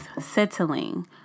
settling